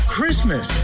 Christmas